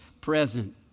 present